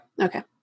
okay